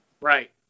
Right